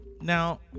Now